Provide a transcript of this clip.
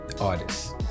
artists